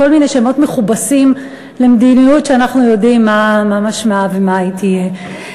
כל מיני שמות מכובסים למדיניות שאנחנו יודעים מה משמעה ומה היא תהיה.